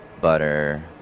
butter